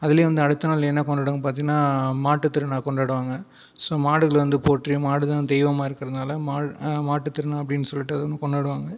அதுலேயும் வந்து அடுத்த நாள் என்ன கொண்டாடுவாங்க பார்த்தீங்கனா மாட்டுத் திருநாள் கொண்டாடுவாங்க ஸோ மாடுகள வந்து போற்றி மாடுங்க வந்து தெய்வமாக இருக்கிறதுனால மாட்டுத் திருநாள் அப்படினு சொல்லிவிட்டு கொண்டாடுவாங்க